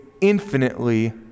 infinitely